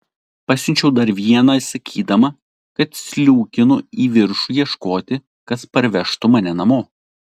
pasiunčiu dar vieną sakydama kad sliūkinu į viršų ieškoti kas parvežtų mane namo